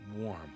warm